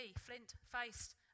flint-faced